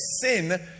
sin